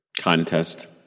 contest